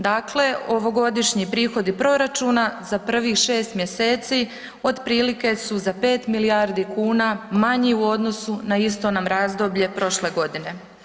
Dakle, ovogodišnji prihodi proračuna za prvih 6 mjeseci otprilike su za 5 milijardi kuna manji u odnosu na isto nam razdoblje prošle godine.